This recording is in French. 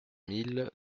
mille